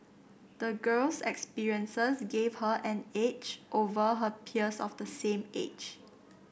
the girl's experiences gave her an edge over her peers of the same age